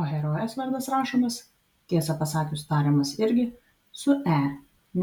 o herojės vardas rašomas tiesą pasakius tariamas irgi su e